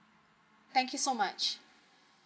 thank you so much